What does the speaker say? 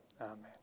amen